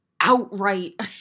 outright